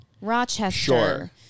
Rochester